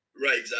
right